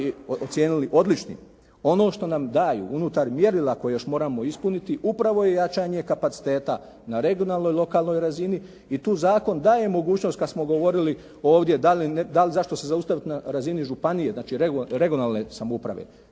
odličnim. Ono što nam daju unutar mjerila koje još moramo ispuniti upravo je jačanje kapaciteta na regionalnoj, lokalnoj razini i tu zakon daje mogućnost kad smo govorili ovdje da li, zašto se zaustaviti na razini županije. Znači, regionalne samouprave.